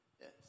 Yes